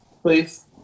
Please